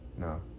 no